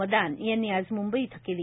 मदान यांनी आज मुंबई इथं केली